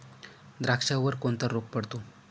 द्राक्षावर कोणता रोग पडतो?